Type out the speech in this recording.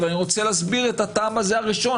אבל אני רוצה להסביר את הטעם הראשון.